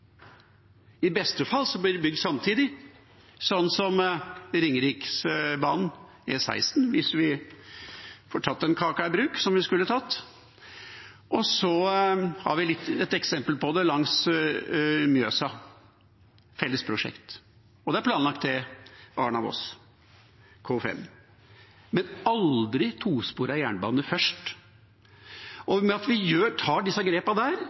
I beste fall blir det bygd samtidig, slik som Ringeriksbanen og E16, hvis vi får tatt den kaka i bruk som vi skulle. Og vi har et eksempel på det langs Mjøsa, fellesprosjekt. Og en har planlagt Arna–Voss, K5. Men aldri tosporet jernbane først. Ved at vi tar disse